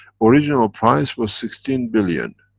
original price was sixteen billion.